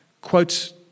quote